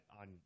on